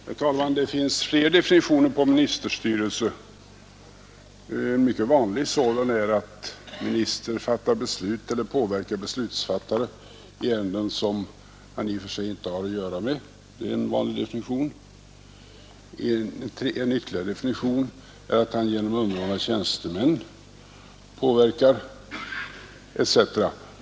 Herr talman! Det finns flera definitioner på ministerstyrelse. En mycket vanlig sådan är att minister fattar beslut eller påverkar beslutsfattandet i ärenden som han i och för sig inte har att göra med. En ytterligare definition är att minister genom underordnade tjänstemän påverkar etc.